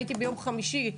ביום חמישי,